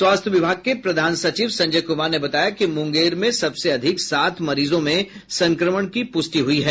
स्वास्थ्य विभाग के प्रधान सचिव संजय कुमार ने बताया कि मुंगेर में सबसे अधिक सात मरीजों में संक्रमण की पुष्टि हुई है